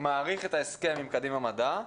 מאריך את ההסכם עם קדימה מדע.